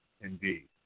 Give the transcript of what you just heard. indeed